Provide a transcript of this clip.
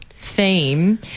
Theme